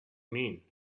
mean